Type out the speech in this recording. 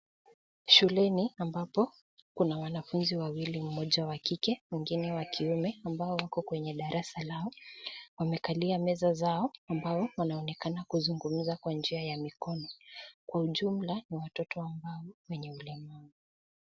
Shuleni ambapo kuna wanafunzi wawili; mmoja wa kike, mwingine wa kiume ambao wako kwenye darasa lao wamekalia meza zao ambao wanaonekana kuzungumza kwa njia ya mikono. Kwa ujumla, ni watoto ambao wenye ulemavu.